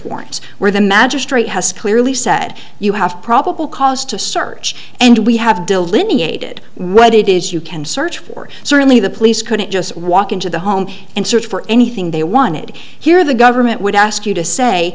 warrants where the magistrate has clearly said you have probable cause to search and we have delineated what it is you can search for certainly the police couldn't just walk into the home and search for anything they wanted here the government would ask you to say